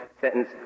sentence